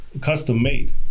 custom-made